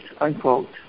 unquote